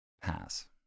pass